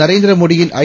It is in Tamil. நரேந்திரமோடியின்ஐ